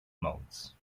modes